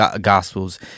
gospels